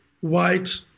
white